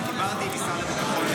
כי דיברתי עם משרד הביטחון.